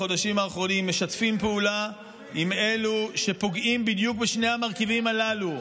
משתפים פעולה עם אלו שפוגעים בדיוק בשני המרכיבים הללו.